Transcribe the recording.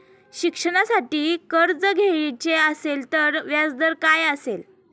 शिक्षणासाठी कर्ज घ्यायचे असेल तर व्याजदर काय असेल?